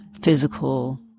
physical